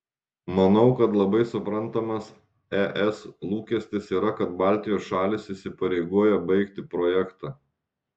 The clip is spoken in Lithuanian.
manau kad labai suprantamas es lūkestis yra kad baltijos šalys įsipareigoja baigti projektą